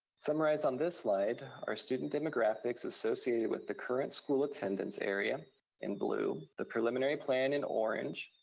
summarized on this slide are student demographics associated with the current school attendance area in blue, the preliminary plan in orange,